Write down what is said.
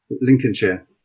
Lincolnshire